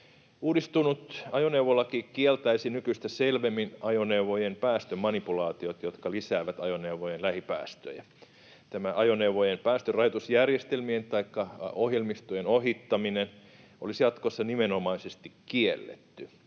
Uudistunut ajoneuvolaki kieltäisi nykyistä selvemmin ajoneuvojen päästömanipulaa-tiot, jotka lisäävät ajoneuvojen lähipäästöjä. Tämä ajoneuvojen päästörajoitusjärjestel-mien taikka ‑ohjelmistojen ohittaminen olisi jatkossa nimenomaisesti kielletty.